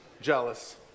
jealous